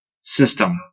system